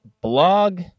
blog